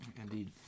Indeed